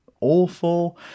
awful